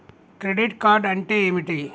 Credit card అంటే ఏమిటి?